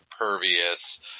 Impervious